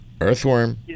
Earthworm